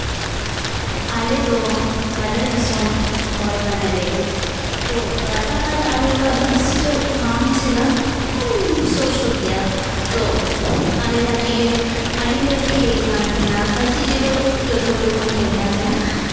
ᱟᱞᱮ ᱫᱚ ᱜᱟᱰᱟ ᱫᱤᱥᱚᱢ ᱦᱚᱲ ᱠᱟᱱᱟᱞᱮ ᱛᱚ ᱜᱟᱰᱟ ᱟᱨ ᱟᱞᱮ ᱚᱲᱟᱜ ᱫᱚ ᱵᱮᱥᱤ ᱫᱚ ᱵᱟᱝ ᱡᱷᱟᱹᱞᱼᱟ ᱥᱳᱨ ᱥᱳᱨ ᱜᱮᱭᱟ ᱛᱚ ᱟᱞᱮ ᱠᱟᱹᱴᱤᱡ ᱨᱮ ᱟᱹᱰᱤᱞᱮ ᱠᱷᱮᱞ ᱠᱟᱱ ᱛᱟᱦᱮᱱᱟ ᱠᱟᱹᱴᱤᱡ ᱨᱮᱫᱚ ᱡᱚᱛᱚᱦᱚᱲ ᱵᱚᱱ ᱠᱷᱮᱞ ᱠᱟᱱ ᱛᱟᱦᱮᱱᱟ